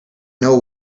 know